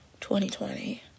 2020